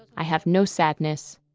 i have no sadness,